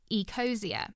Ecosia